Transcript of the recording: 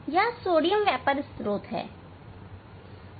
यह एक sodium vapour स्त्रोत है